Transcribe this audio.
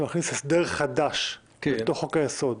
הסדר חדש לחוק היסוד,